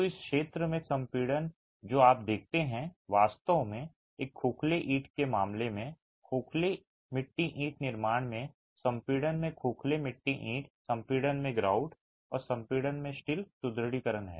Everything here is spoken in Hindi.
तो इस क्षेत्र में संपीड़न जो आप देखते हैं वास्तव में एक खोखले ईंट के मामले में खोखले मिट्टी ईंट निर्माण में संपीड़न में खोखले मिट्टी ईंट संपीड़न में ग्राउट और संपीड़न में स्टील सुदृढीकरण है